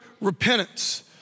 repentance